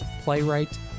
playwright